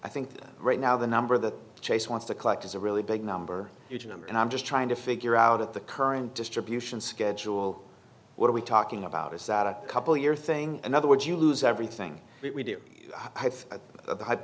i think right now the number that chase wants to collect is a really big number huge number and i'm just trying to figure out at the current distribution schedule what are we talking about is that a couple year thing in other words you lose everything we do have